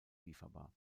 lieferbar